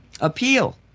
appeal